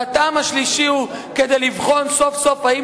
והטעם השלישי הוא כדי לבחון סוף-סוף האם